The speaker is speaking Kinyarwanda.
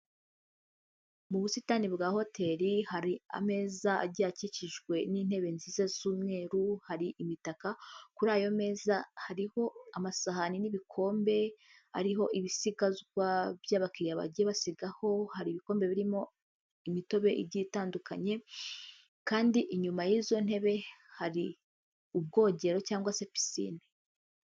Mu busitani bwa hoteri hari ameza agiye akikijwe n'intebe nziza z'umweru, hari imitaka, kuri ayo meza hariho amasahani n'ibikombe, ariho ibisigazwa by'abakiriya bagiye basigaho, hari ibikombe birimo imitobe igiye itandukanye, kandi inyuma y'izo ntebe hari ubwogero cyangwa se pisine.